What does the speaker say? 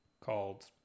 called